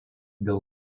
dėl